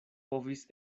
povis